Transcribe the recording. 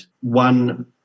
one